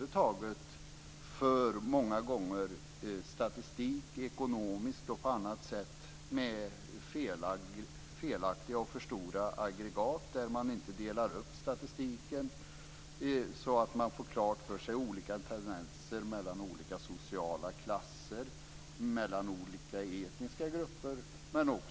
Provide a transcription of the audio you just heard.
Det förs ekonomisk statistik och annan statistik med felaktiga och för stora aggregat där man inte delar upp statistiken så att man får klart för sig olika tendenser mellan olika sociala klasser och mellan olika etniska grupper.